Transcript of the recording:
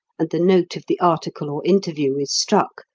and the note of the article or interview is struck,